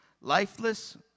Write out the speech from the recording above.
lifeless